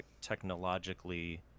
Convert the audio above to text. technologically